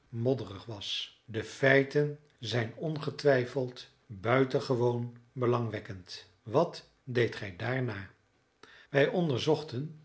modderig was de feiten zijn ongetwijfeld buitengewoon belangwekkend wat deedt gij daarna wij onderzochten